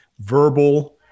verbal